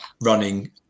running